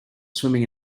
swimming